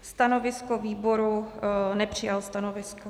Stanovisko výboru nepřijal stanovisko.